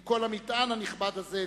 עם כל המטען הנכבד הזה,